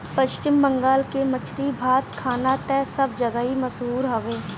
पश्चिम बंगाल के मछरी बात खाना तअ सब जगही मसहूर हवे